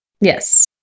Yes